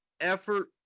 effort